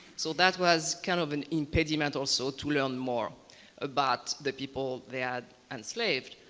so that was kind of an impediment also to learn more about the people they had enslaved.